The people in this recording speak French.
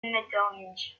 metternich